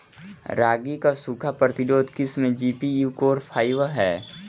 रागी क सूखा प्रतिरोधी किस्म जी.पी.यू फोर फाइव ह?